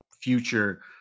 future